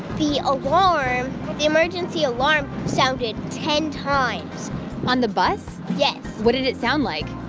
the alarm the emergency alarm sounded ten times on the bus? yes what did it sound like?